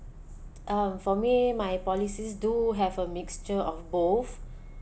um for me my policies do have a mixture of both